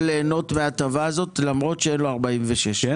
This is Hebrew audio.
ליהנות מן ההטבה הזאת למרות שאין לו אישור לעניין סעיף 46?